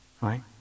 right